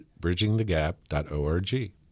bridgingthegap.org